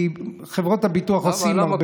כי חברות הביטוח עושות הרבה,